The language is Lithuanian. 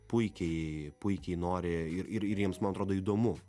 puikiai puikiai nori ir ir ir jiems man atrodo įdomu